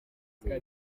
ufite